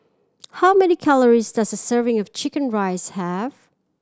how many calories does a serving of chicken rice have